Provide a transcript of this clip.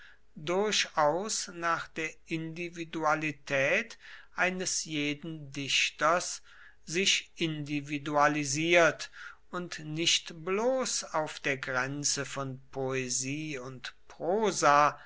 durchaus nach der individualität eines jeden dichters sich individualisiert und nicht bloß auf der grenze von poesie und prosa